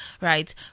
Right